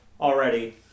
already